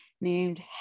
named